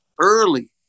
early